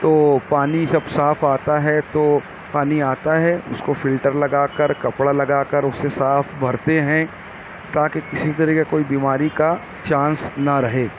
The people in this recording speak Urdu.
تو پانی سب صاف آتا ہے تو پانی آتا ہے اس کو فلٹر لگا کر کپڑا لگا کر اسے صاف بھرتے ہیں تاکہ کسی طرح کا کوئی بیماری کا چانس نہ رہے